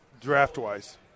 draft-wise